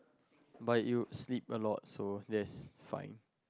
but you sleep a lot so that's fine